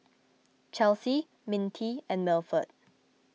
Chelsy Mintie and Milford